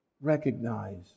recognize